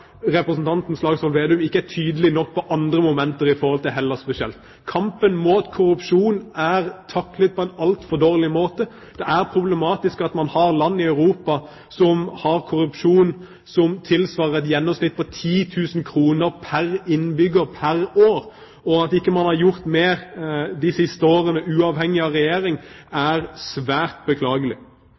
representanten Slagsvold Vedum ikke er tydelig nok på andre momenter i forholdet til Hellas spesielt. Kampen mot korrupsjon er taklet på en altfor dårlig måte. Det er problematisk at man har land i Europa som har korrupsjon som tilsvarer et gjennomsnitt på 10 000 kr pr. innbygger pr. år, og at man ikke har gjort mer de siste årene, uavhengig av regjering, er svært beklagelig.